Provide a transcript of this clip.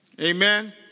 Amen